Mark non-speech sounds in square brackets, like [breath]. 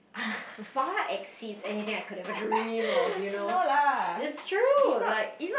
[noise] far exceeds anything I could ever dream of you know [breath] it's true like